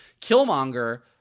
Killmonger